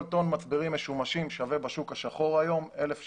כל טון מצברים משומשים שווה היום בשוק השחור 1,000 שקלים.